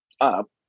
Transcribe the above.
up